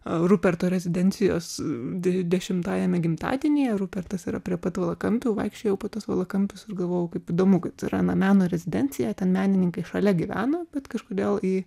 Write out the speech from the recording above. ruperto rezidencijos de dešimtajame gimtadienyje rupertas yra prie pat valakampių vaikščiojo po tuos valakampius ir galvojo kaip įdomu kad yra na meno rezidencija ten menininkai šalia gyvena bet kažkodėl į